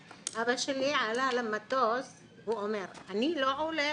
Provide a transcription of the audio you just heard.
אבא שלי עלה למטוס והוא אמר: אני לא עולה,